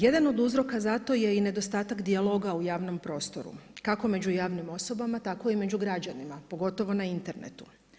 Jedan od uzroka zato je i nedostatak dijaloga u javnom prostoru kako među javnim osobama tako i među građanima, pogotovo na internetu.